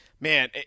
man